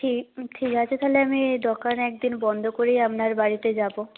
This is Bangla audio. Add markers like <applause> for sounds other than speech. <unintelligible> ঠিক আছে তাহলে আমি দোকান একদিন বন্ধ করেই আপনার বাড়িতে যাব